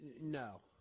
No